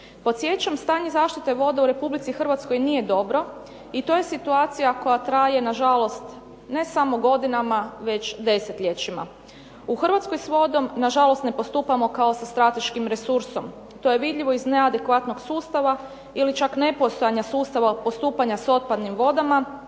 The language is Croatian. Podsjećam, stanje zaštite voda u Republici Hrvatskoj nije dobro i to je situacija koja traje nažalost ne samo godinama već desetljećima. U Hrvatskoj s vodom nažalost ne postupamo kao sa strateškim resursom. To je vidljivo iz neadekvatnog sustava ili čak nepostojanja sustava postupanja s otpadnim vodama,